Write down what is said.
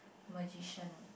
magician